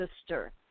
sister